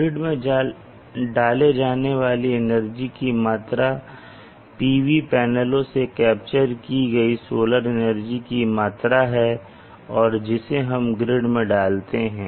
grid में डाली जाने वाली एनर्जी की मात्रा PV पैनलों से कैप्चर की गई सोलर एनर्जी की मात्रा है और जिसे हम ग्रिड में डालते हैं